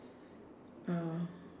uh